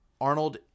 Arnold